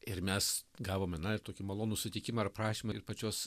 ir mes gavome na ir tokį malonų sutikimą ar prašymą ir pačios